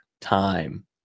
time